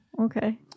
okay